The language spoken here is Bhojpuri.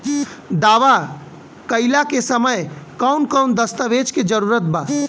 दावा कईला के समय कौन कौन दस्तावेज़ के जरूरत बा?